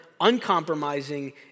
uncompromising